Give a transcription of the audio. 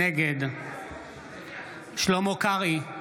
נגד שלמה קרעי,